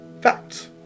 Facts